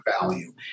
value